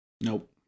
Nope